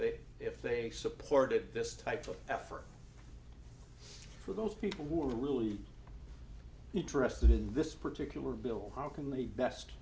they if they supported this type of effort for those people who are really interested in this particular bill how can the best